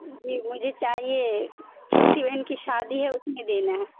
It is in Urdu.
جی مجھے چاہیے چھوٹی بہن کی شادی ہے اس میں دینا ہے